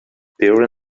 pure